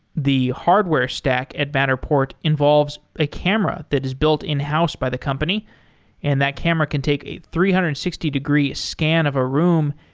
the hardware stack at matterport involves a camera that is built in-house by the company and that camera can take a three hundred and sixty degree scan of a room.